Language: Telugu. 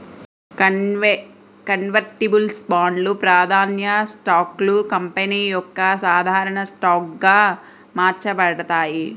కన్వర్టిబుల్స్ బాండ్లు, ప్రాధాన్య స్టాక్లు కంపెనీ యొక్క సాధారణ స్టాక్గా మార్చబడతాయి